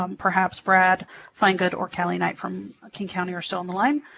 um perhaps brad finegood or calli knight from king county are still on the line.